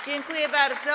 Dziękuję bardzo.